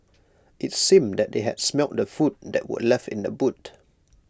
IT seemed that they had smelt the food that were left in the boot